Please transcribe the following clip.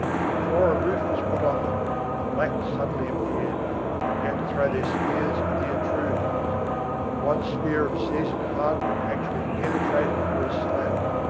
but before a roof was put on them the blacks suddenly appeared and began to throw their spears at the intruders one spear of seasoned hardwood actually penetrated through a slab.